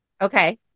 Okay